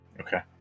Okay